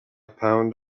pound